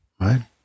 right